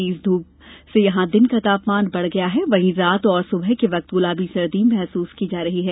तेज धूप से यहां दिन का तापमान बढ़ गया है वहीं रात और सुबह के वक्त गुलाबी सर्दी महसूस की जा रही है